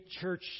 church